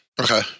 Okay